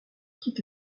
quitte